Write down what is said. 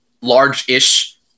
large-ish